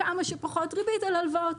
וכמה שפחות ריבית על הלוואות.